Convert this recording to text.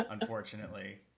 Unfortunately